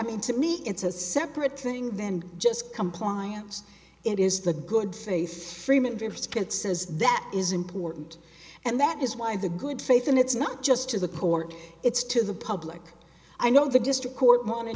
mean to me it's a separate thing then just compliance it is the good safe freeman briskets says that is important and that is why the good faith and it's not just to the court it's to the public i know the district court morning